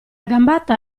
gambata